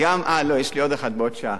אה, לא, יש לי עוד אחד בעוד שעה.